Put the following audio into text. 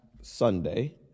Sunday